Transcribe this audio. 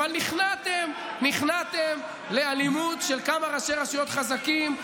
אבל נכנעתם לאלימות של כמה ראשי רשויות חזקים,